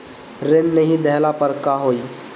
ऋण नही दहला पर का होइ?